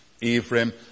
Ephraim